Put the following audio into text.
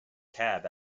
cab